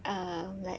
um like